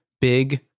big